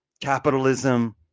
capitalism